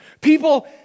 People